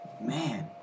man